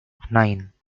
nine